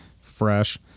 fresh